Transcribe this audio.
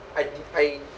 I I